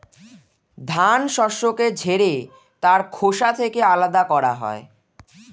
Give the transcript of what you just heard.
ধান শস্যকে ঝেড়ে তার খোসা থেকে আলাদা করা হয়